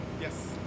Yes